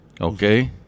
Okay